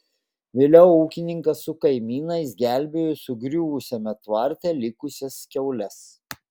vėliau ūkininkas su kaimynais gelbėjo sugriuvusiame tvarte likusias kiaules